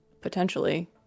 Potentially